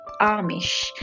Amish